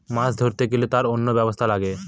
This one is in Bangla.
মাছ ধরতে গেলে তার অনেক ব্যবস্থা লাগে